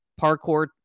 parkour